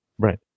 Right